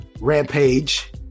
rampage